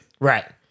Right